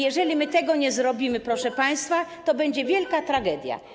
Jeżeli my tego nie zrobimy, proszę państwa, to będzie to wielka tragedia.